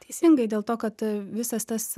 teisingai dėl to kad visas tas